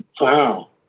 Wow